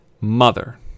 Mother